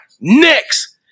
next